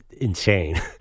insane